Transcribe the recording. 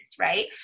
right